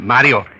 Mario